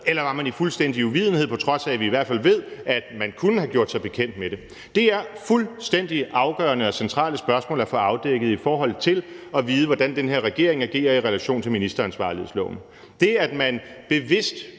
eller var man i fuldstændig uvidenhed, på trods af at vi i hvert fald ved, at man kunne have gjort sig bekendt med det? Det er fuldstændig afgørende og centrale spørgsmål at få afdækket i forhold til at vide, hvordan den her regering agerer i relation til ministeransvarlighedsloven. Det, at man bevidst